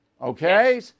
okay